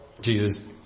Jesus